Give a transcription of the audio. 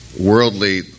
worldly